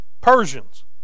Persians